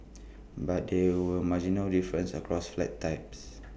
but there were marginal differences across flat types